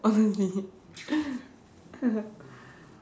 obviously